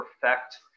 perfect